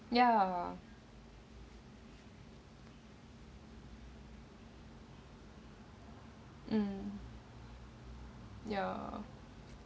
ya um ya